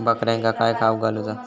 बकऱ्यांका काय खावक घालूचा?